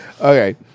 Okay